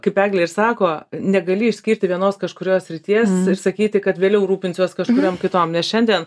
kaip eglė ir sako negali išskirti vienos kažkurios srities ir sakyti kad vėliau rūpinsiuos kažkuriom kitom nes šiandien